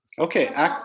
okay